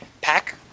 pack